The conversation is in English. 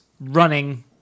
running